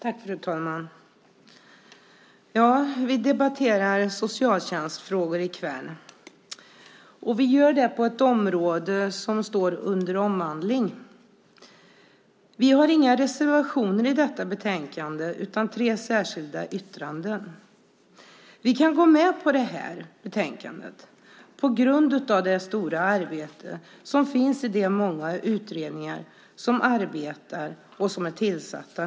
Fru talman! Vi debatterar socialtjänstfrågor i kväll, och vi gör det på ett område som står under omvandling. Vi har inga reservationer i detta betänkande utan tre särskilda yttranden. Vi kan gå med på det här betänkandet på grund av det stora arbete som pågår i de många utredningar som nu är tillsatta.